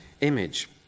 image